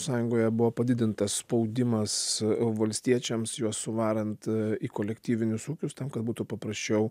sąjungoje buvo padidintas spaudimas valstiečiams juos suvarant į kolektyvinius ūkius tam kad būtų paprasčiau